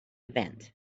event